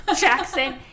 Jackson